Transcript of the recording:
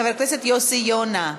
חבר הכנסת יוסי יונה,